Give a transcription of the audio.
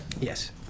Yes